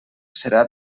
serà